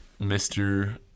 Mr